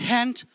Hand